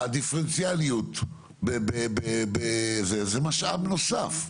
הדיפרנציאליות זה משאב נוסף,